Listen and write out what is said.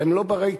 הם לא בני-תוקף?